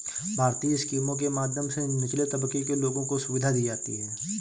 भारतीय स्कीमों के माध्यम से निचले तबके के लोगों को सुविधा दी जाती है